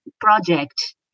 project